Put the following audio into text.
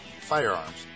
firearms